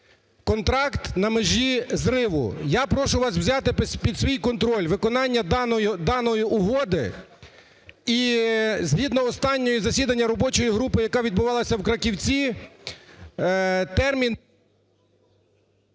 контракт на межі зриву. Я прошу вас взяти під свій контроль виконання даної угоди. І, згідно останнього засідання робочої групи, яка відбувалася в Краківці, термін...